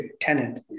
tenant